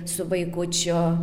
su vaikučiu